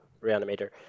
Reanimator